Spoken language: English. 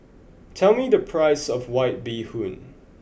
tell me the price of white bee hoon